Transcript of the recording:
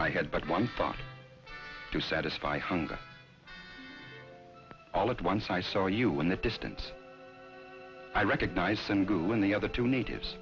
i had but one thought to satisfy hunger all at once i saw you in the distance i recognized them too when the other two natives